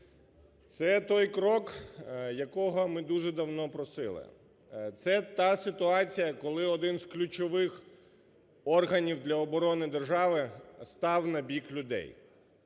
Це той крок, якого ми дуже давно просили, це та ситуація, коли один з ключових органів для оборони держави став на бік людей.